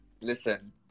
Listen